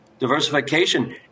diversification